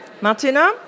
Martina